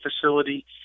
facility